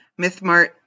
MythMart